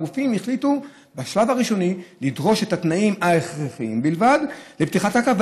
הגופים החליטו בשלב הראשוני לדרוש את התנאים ההכרחיים בלבד לפתיחת הקו,